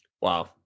Wow